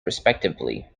respectively